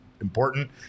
important